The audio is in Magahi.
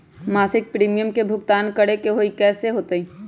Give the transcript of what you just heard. मासिक प्रीमियम के भुगतान करे के हई कैसे होतई?